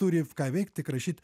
turi ką veikt tik rašyt